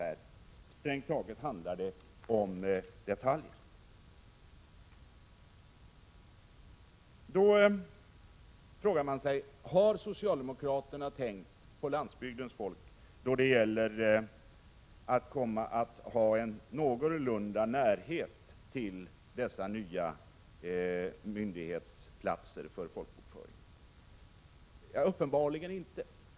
Strängt taget handlar det om detaljer. Man frågar sig om socialdemokraterna har tänkt på att landsbygdens folk också skall ha någorlunda nära till de nya myndigheterna för folkbokföringen. Uppenbarligen inte.